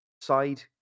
side